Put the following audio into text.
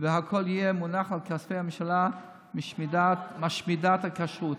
והכול יהיה מונח על כתפי הממשלה משמידת הכשרות.